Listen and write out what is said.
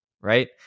Right